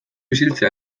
isiltze